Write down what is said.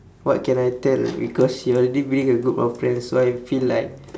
what can I tell because you already bring a group of friends so I feel like